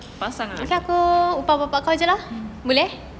pasang ah